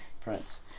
Prince